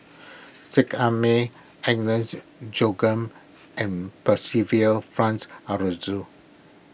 Seet Ai Mee Agnes Joaquim and Percival Frank Aroozoo